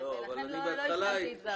ולכן לא השלמתי את דבריי.